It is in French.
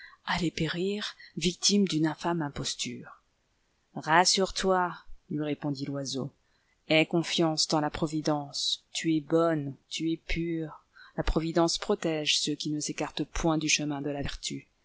allait périr victime d'une infâme imposture a rassure-toi lui répondit l'oiseau aie confiance dans la providence tu es bonne tu es pure la providence protège ceux qui ne s'écartent point du chemin de la vertu